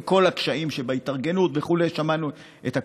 עם כל הקשיים שבהתארגנות וכו' שמענו את הכול.